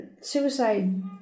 suicide